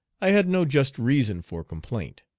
i had no just reason for complaint.